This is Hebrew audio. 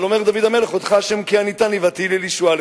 אבל אומר דוד המלך: אודך השם כי עניתני ותהי לי לישועה.